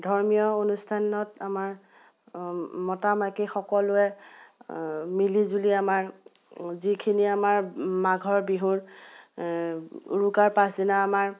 ধৰ্মীয় অনুষ্ঠানত আমাৰ মতা মাইকী সকলোৱে মিলি জুলি আমাৰ যিখিনি আমাৰ মাঘৰ বিহুৰ উৰুকাৰ পাছদিনা আমাৰ